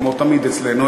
כמו תמיד אצלנו,